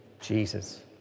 Jesus